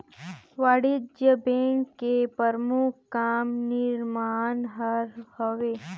वाणिज्य बेंक के परमुख काम निरमान हर हवे